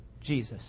Jesus